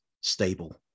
stable